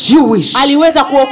Jewish